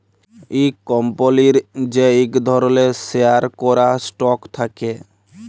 ইক কম্পলির যে ইক ধরলের শেয়ার ক্যরা স্টক থাক্যে